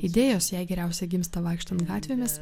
idėjos jai geriausia gimsta vaikštant gatvėmis